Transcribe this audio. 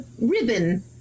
ribbon